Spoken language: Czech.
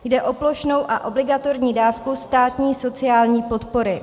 Jde o plošnou a obligatorní dávku státní sociální podpory.